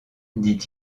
dit